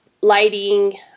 lighting